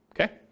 Okay